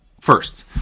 first